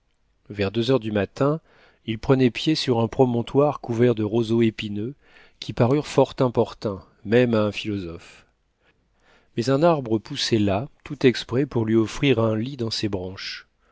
vers deux heures du matin il prenait pied sur un promontoire couvert de roseaux épineux qui parurent fort importuns même à un philosophe mais un arbre poussait là tout exprès pour lui offrir un lit dans ses branches